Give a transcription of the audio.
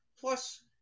plus